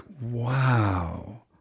wow